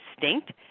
distinct